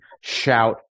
shout